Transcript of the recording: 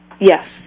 Yes